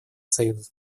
союза